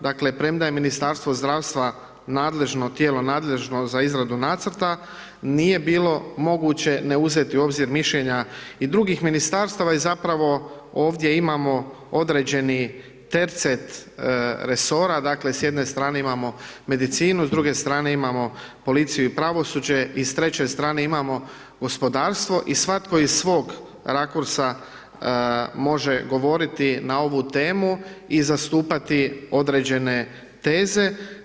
Dakle, premda je Ministarstvo zdravstva nadležno, tijelo nadležno za izradu nacrta, nije bilo moguće ne uzeti u obzir mišljenja i drugih Ministarstava i zapravo ovdje imamo određeni tercet resora, dakle, s jedne strane imamo medicinu, s druge strane imamo policiju i pravosuđe i s treće strane imamo gospodarstvo i svatko iz svog rakursa može govoriti na ovu temu i zastupati određene teze.